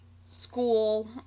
school